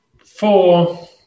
four